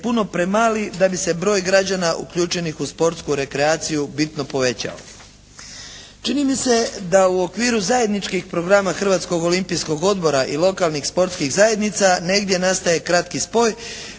puno premali da bi se broj građana uključenih u sportsku rekreaciju bitno povećao. Čini mi se da u okviru zajedničkih programa Hrvatskog olimpijskog odbora i lokalnih sportskih zajednica negdje nastaje kratki spoj.